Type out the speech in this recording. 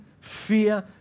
fear